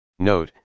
Note